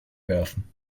werfen